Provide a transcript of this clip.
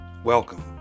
Welcome